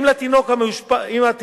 ואם התינוק מאושפז